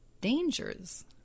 dangers